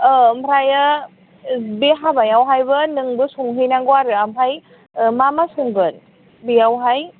औ ओमफ्राय बे हाबायावहायबो नोंबो संहैनांगौ आरो ओमफ्राय मा मा संगोन बेयावहाय